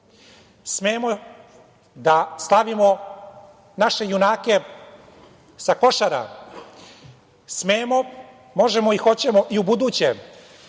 Smemo da stavimo naše junake sa Košara, smemo, možemo i hoćemo ubuduće